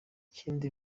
ikindi